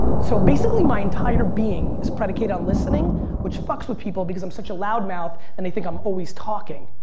so basically my entire being is predicated on listening which fucks with people because i'm such a loud mouth and they think i'm always talking.